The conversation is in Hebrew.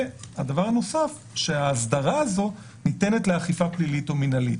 ודבר נוסף האסדרה הזאת ניתנת לאכיפה פלילית או מנהלית.